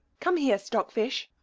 come here, stockfish!